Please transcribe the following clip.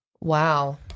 Wow